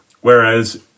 Whereas